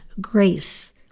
grace